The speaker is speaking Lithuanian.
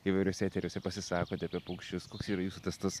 įvairiuose eteriuose pasisakote apie paukščius koks yra jūsų tas tas